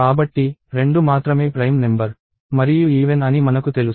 కాబట్టి 2 మాత్రమే prime number మరియు ఈవెన్ అని మనకు తెలుసు